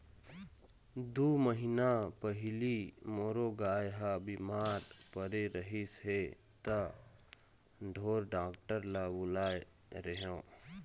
दू महीना पहिली मोरो गाय ह बिमार परे रहिस हे त ढोर डॉक्टर ल बुलाए रेहेंव